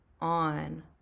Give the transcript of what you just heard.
on